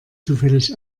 zufällig